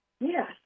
Yes